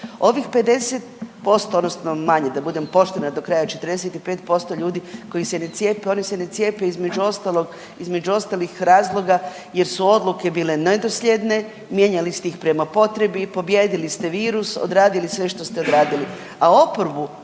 Ovih 50% odnosno manje da bude poštena do kraja 45% ljudi koji se ne cijepe oni se ne cijepe između ostalog, između ostalih razloga jer su odluke bile neslijedne, mijenjali ste ih prema potrebi i pobijedili ste virus, odradili sve što ste odradili.